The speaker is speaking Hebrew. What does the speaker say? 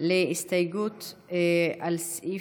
להסתייגות מס'